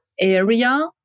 area